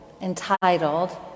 entitled